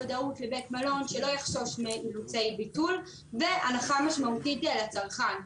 ודאות לבית המלון שלא יחשוש מביטולים והנחה משמעותית לצרכן.